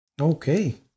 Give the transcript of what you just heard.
Okay